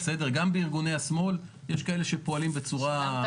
גם בארגוני השמאל יש כאלה שפועלים בצורה --- אמרת